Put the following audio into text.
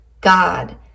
God